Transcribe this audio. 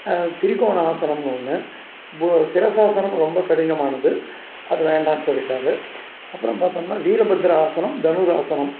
திரிகோண ஆசனம்னு ஒன்று சிரசாசனம் ரொம்ப கடினமானது அது வேண்டாம்னு சொல்லிட்டார் அப்புறம் பார்த்தோம்னா வீரபத்ராசனம் தனுராசனம்